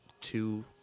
two